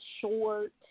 short